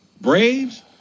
Braves